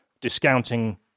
discounting